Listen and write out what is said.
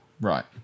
Right